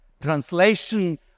translation